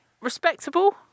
Respectable